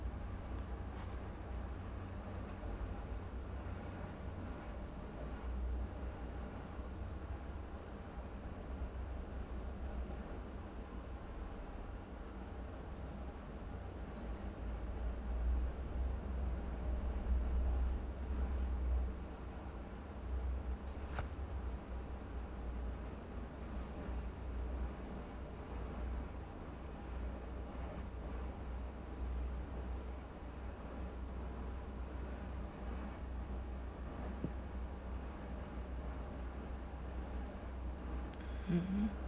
mm